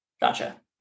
gotcha